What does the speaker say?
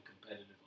competitive